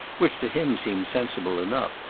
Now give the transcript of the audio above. which to him seemed sensible enough,